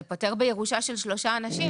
זה פותר בירושה של שלושה אנשים,